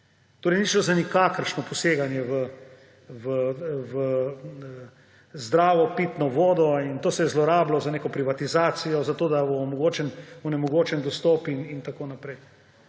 Torej ni šlo za nikakršno poseganje v zdravo pitno vodo. To se je zlorabilo za neko privatizacijo, zato da bo onemogočen dostop in tako naprej.